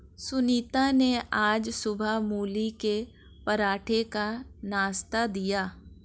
सुनीता ने आज सुबह मूली के पराठे का नाश्ता दिया